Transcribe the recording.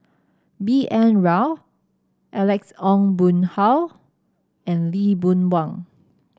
B N Rao Alex Ong Boon Hau and Lee Boon Wang